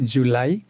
July